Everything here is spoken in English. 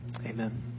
Amen